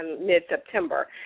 mid-September